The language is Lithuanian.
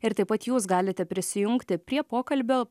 ir taip pat jūs galite prisijungti prie pokalbio